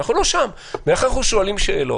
אנחנו לא שם ולכן אנחנו שואלים שאלות,